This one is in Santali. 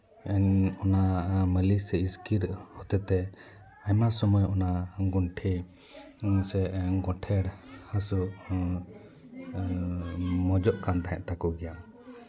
ᱚᱱᱟ ᱢᱟᱹᱞᱤᱥ ᱤᱥᱠᱤᱨ ᱦᱚᱛᱮ ᱛᱮ ᱟᱭᱢᱟ ᱥᱚᱢᱚᱭ ᱚᱱᱟ ᱜᱚᱱᱴᱷᱮ ᱥᱮ ᱜᱚᱴᱷᱮᱲ ᱦᱟᱹᱥᱩ ᱦᱚᱸ ᱢᱚᱸᱡᱚᱜ ᱠᱟᱱ ᱛᱟᱠᱚ ᱜᱮᱭᱟ